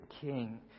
king